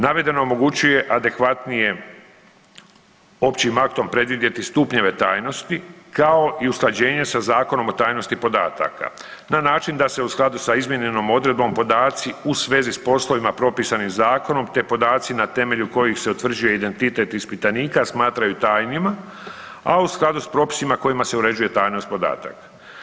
Navedeno omogućuje adekvatnije općim aktom predvidjeti stupnjeve tajnosti, kao i usklađenje sa Zakonom o tajnosti podataka na način da se u skladu sa izmijenjenom odredbom podaci u svezi s poslovima propisanim zakonom, te podaci na temelju kojih se utvrđuje identitet ispitanika smatraju tajnima, a u skladu s propisima kojima se uređuje tajnost podataka.